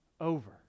over